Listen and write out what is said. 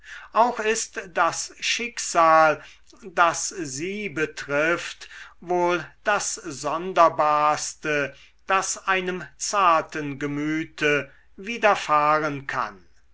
auch ist das schicksal das sie betrifft wohl das sonderbarste das einem zarten gemüte widerfahren kann